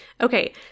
Okay